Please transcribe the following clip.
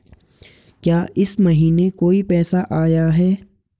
क्या इस महीने कोई पैसा आया है?